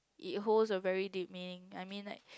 it holds a very deep meaning I mean like